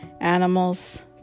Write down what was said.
animals